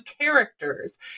characters